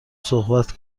صحبت